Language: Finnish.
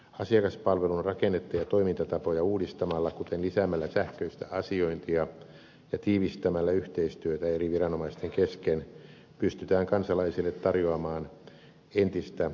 asiakaspalvelujen rakennetta ja toimintatapoja uudistamalla kuten lisäämällä sähköistä asiointia ja tiivistämällä yhteistyötä eri viranomaisten kesken pystytään kansalaisille tarjoamaan entistä parempia palveluja